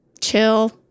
chill